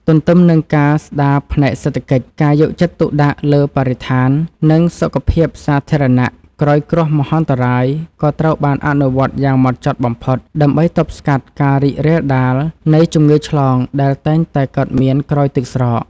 ទន្ទឹមនឹងការស្ដារផ្នែកសេដ្ឋកិច្ច ការយកចិត្តទុកដាក់លើបរិស្ថាន និងសុខភាពសាធារណៈក្រោយគ្រោះមហន្តរាយ ក៏ត្រូវបានអនុវត្តយ៉ាងហ្មត់ចត់បំផុត ដើម្បីទប់ស្កាត់ការរីករាលដាលនៃជំងឺឆ្លងដែលតែងតែកើតមានក្រោយទឹកស្រក។